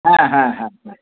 হ্যাঁ হ্যাঁ হ্যাঁ হ্যাঁ